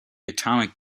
atomic